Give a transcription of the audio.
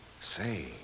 Say